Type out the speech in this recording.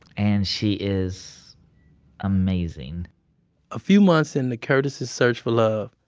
and she is amazing a few months into curtis's search for love,